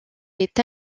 est